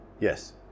Yes